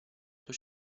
sua